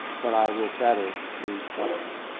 but i will better the instruction.